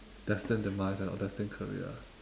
destined demise or destined career